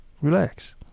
Relax